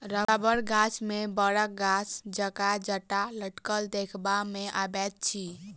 रबड़ गाछ मे बड़क गाछ जकाँ जटा लटकल देखबा मे अबैत अछि